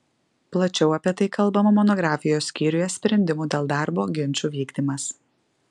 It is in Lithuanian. plačiau apie tai kalbama monografijos skyriuje sprendimų dėl darbo ginčų vykdymas